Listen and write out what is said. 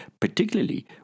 particularly